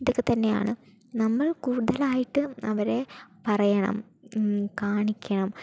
ഇതൊക്കെത്തന്നെയാണ് നമ്മൾ കൂടുതൽ ആയിട്ട് അവരെ പറയണം കാണിക്കണം